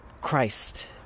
Christ